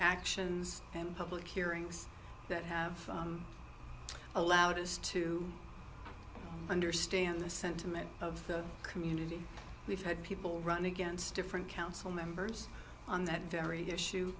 actions and public hearings that have allowed us to understand the sentiment of the community we've had people running against different council members on that very issue